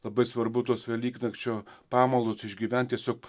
labai svarbu tos velyknakčio pamaldos išgyvent tiesiog